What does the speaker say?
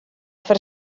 fer